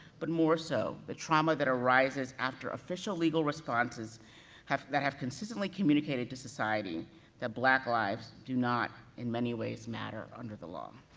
but more so the trauma that arises after official legal responses that have consistently communicated to society that black lives do not, in many ways, matter under the law.